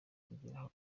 kugeraho